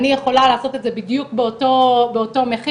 אני יכולה לעשות את זה בדיוק באותו מחיר,